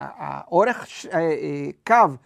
‫האורך קו...